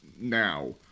now